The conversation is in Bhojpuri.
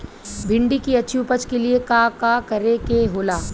भिंडी की अच्छी उपज के लिए का का करे के होला?